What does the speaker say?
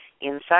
inside